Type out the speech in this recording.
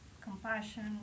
compassion